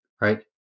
right